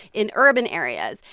in urban areas.